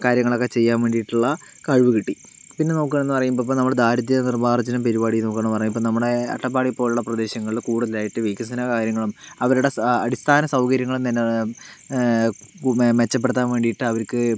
കാര്യങ്ങളൊക്കെ ചെയ്യാൻ വേണ്ടിയിട്ടുള്ള കഴിവു കിട്ടി പിന്നെ നോക്കുകയാണെന്ന് പറയുമ്പോൾ ഇപ്പോൾ നമ്മള് ദാരിദ്ര്യ നിർമാർജ്ജനം പരിപാടി നോക്കുകയാണെന്ന് പറയുമ്പോൾപ്പോൾ നമ്മുടെ അട്ടപ്പാടി പോലുള്ള പ്രദേശങ്ങളിൽ കൂടുതലായിട്ട് വികസന കാര്യങ്ങളും അവരുടെ അടിസ്ഥാന സൗകര്യങ്ങളും തന്നെ മെച്ചപ്പെടുത്താൻ വേണ്ടിയിട്ട് അവർക്ക്